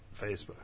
Facebook